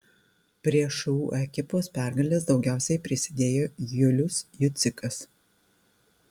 prie šu ekipos pergalės daugiausiai prisidėjo julius jucikas